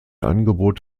angebot